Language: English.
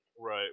Right